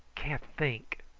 can't think.